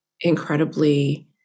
incredibly